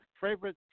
Favorite